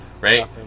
right